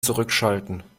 zurückschalten